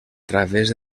través